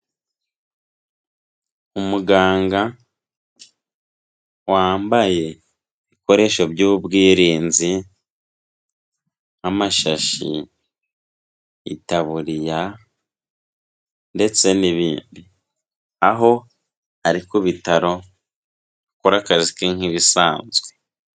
Umuganga wambaye ibikoresho by'ubwirinzi, nk'amashashi, itaburiya, ndetse n'ibindi, aho ari ku bitaro akora akazi ke nk'ibisanzwe.